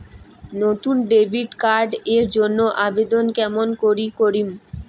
নতুন debit card এর জন্যে আবেদন কেমন করি করিম?